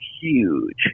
huge